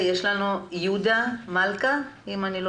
יש להעביר את המידע גם למשפחות של האנשים עם המוגבלות.